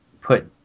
put